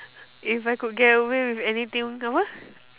if I could get away with anything apa